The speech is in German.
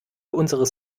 unseres